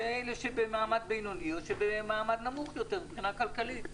זה אלה שבמעמד בינוני או במעמד נמוך יותר מבחינה כלכלית,